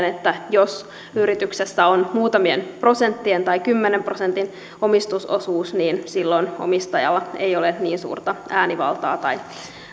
että jos yrityksessä on muutamien prosenttien tai kymmenen prosentin omistusosuus niin silloin omistajalla ei ole niin suurta äänivaltaa tai